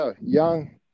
young